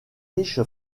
riche